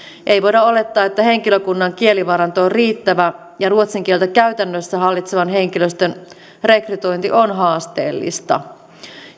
ei voida olettaa että henkilökunnan kielivaranto on riittävä ja ruotsin kieltä käytännössä hallitsevan henkilöstön rekrytointi on haasteellista